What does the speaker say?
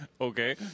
Okay